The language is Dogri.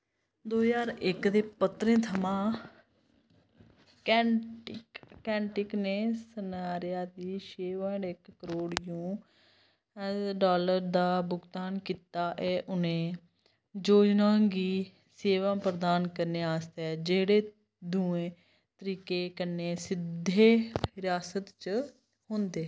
दो ज्हार इक दे पत्तरें थमां केंटकी ने सनराइज गी छे पाइंट इक करोड़ यू एस डालर दा भुगतान कीत्ता ऐ उ'नें जोजना गी सेवां प्रदान करने आस्तै जेह्ड़े दुए तरीके कन्नै सिद्धे हिरासत च होंदे